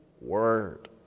word